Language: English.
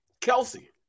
Kelsey